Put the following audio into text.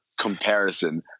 Comparison